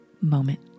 moment